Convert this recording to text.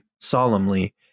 solemnly